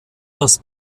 das